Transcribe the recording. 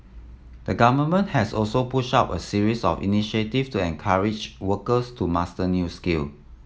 the Government has also pushed out a series of initiative to encourage workers to master new skill